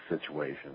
situation